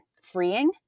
freeing